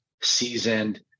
seasoned